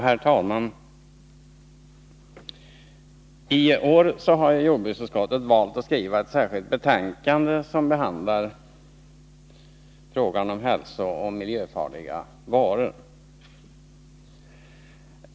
Herr talman! I år har jordbruksutskottet valt att skriva ett särskilt betänkande som behandlar hälsooch miljöfarliga varor.